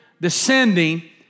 descending